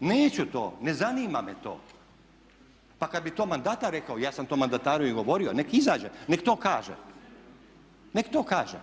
neću to, ne zanima me to. Pa kad bi to mandatar rekao, ja sam to mandataru i govorio, nek izađe i nek to kaže